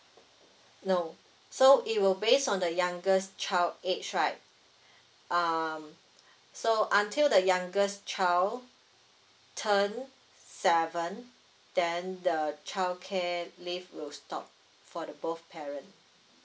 no so it will based on the youngest child age right um so until the youngest child turns seven then the childcare leave will stop for the both parent